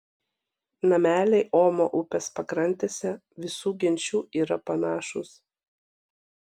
nameliai omo upės pakrantėse visų genčių yra panašūs